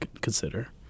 consider